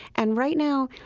and right now,